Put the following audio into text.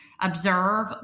observe